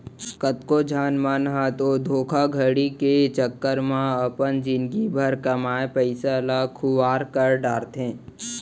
कतको झन मन ह तो धोखाघड़ी के चक्कर म अपन जिनगी भर कमाए पइसा ल खुवार कर डारथे